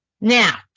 Now